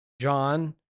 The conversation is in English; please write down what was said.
john